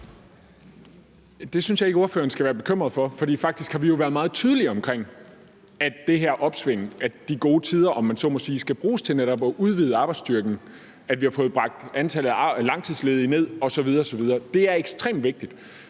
Det synes jeg ikke ordføreren skal være bekymret for, for faktisk har vi jo været meget tydelige omkring, at det her opsving, at de gode tider, om man så må sige, skal bruges til netop at udvide arbejdsstyrken og få bragt antallet af langtidsledige ned osv. osv. Det er ekstremt vigtigt.